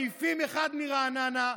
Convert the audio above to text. מעיפים אחד מרעננה,